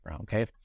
okay